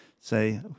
say